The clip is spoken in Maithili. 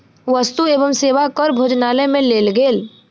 वस्तु एवं सेवा कर भोजनालय में लेल गेल